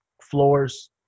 floors